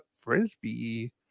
frisbee